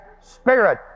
spirit